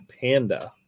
Panda